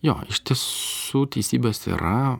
jo ištisų teisybės yra